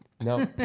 No